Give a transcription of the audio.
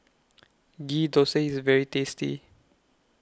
Ghee Thosai IS very tasty